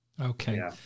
Okay